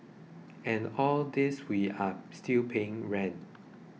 and all this we are still paying rent